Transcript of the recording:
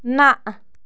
نہ